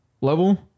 level